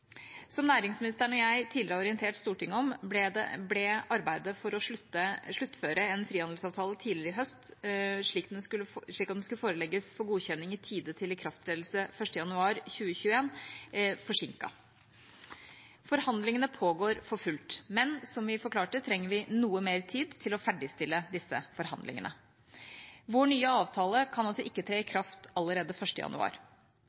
Som næringsministeren og jeg tidligere har orientert Stortinget om, ble arbeidet for å sluttføre en frihandelsavtale tidligere i høst slik at den skulle forelegges for godkjenning i tide til ikrafttredelse 1. januar 2021, forsinket. Forhandlingene pågår for fullt, men, som vi forklarte, trenger vi noe mer tid til å ferdigstille disse forhandlingene. Vår nye avtale kan altså ikke tre i kraft allerede 1. januar.